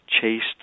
chased